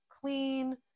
clean